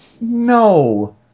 No